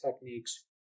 techniques